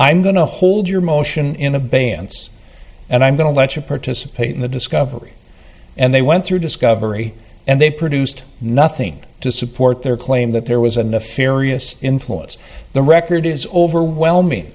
i'm going to hold your motion in abeyance and i'm going to let you participate in the discovery and they went through discovery and they produced nothing to support their claim that there was a nefarious influence the record is overwhelming